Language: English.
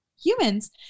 humans